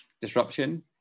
disruption